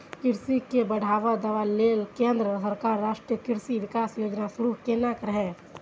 कृषि के बढ़ावा देबा लेल केंद्र सरकार राष्ट्रीय कृषि विकास योजना शुरू केने रहै